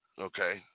Okay